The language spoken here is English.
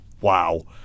wow